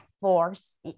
force